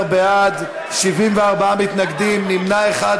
14 בעד, 74 מתנגדים, נמנע אחד.